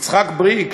יצחק בריק,